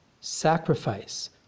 sacrifice